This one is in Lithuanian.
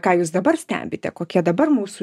ką jūs dabar stebite kokie dabar mūsų